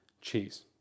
cheese